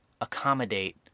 accommodate